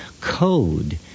code